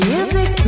Music